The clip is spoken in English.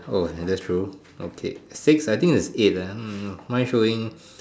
oh then that's true okay six I think there's eight eh hmm mine showing